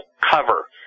cover